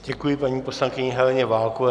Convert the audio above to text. Děkuji paní poslankyni Heleně Válkové.